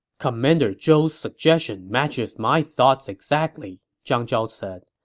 commander zhou's suggestion matches my thoughts exactly, zhang zhao said.